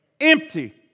Empty